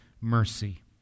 mercy